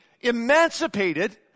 emancipated